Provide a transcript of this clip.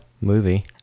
movie